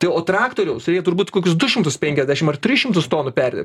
tai o traktoriaus ir jie turbūt kokius du šimtus penkiasdešimt ar tris šimtus tonų perdirbt